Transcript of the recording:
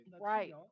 Right